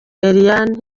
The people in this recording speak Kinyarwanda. eliane